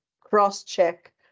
cross-check